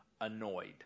annoyed